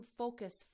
focus